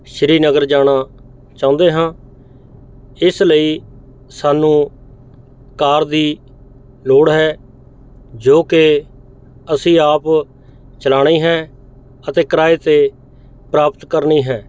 ਸ਼੍ਰੀਨਗਰ ਜਾਣਾ ਚਾਹੁੰਦੇ ਹਾਂ ਇਸ ਲਈ ਸਾਨੂੰ ਕਾਰ ਦੀ ਲੋੜ ਹੈ ਜੋ ਕਿ ਅਸੀਂ ਆਪ ਚਲਾਉਣੀ ਹੈ ਅਤੇ ਕਿਰਾਏ 'ਤੇ ਪ੍ਰਾਪਤ ਕਰਨੀ ਹੈ